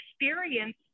experience